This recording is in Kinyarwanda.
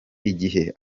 igihe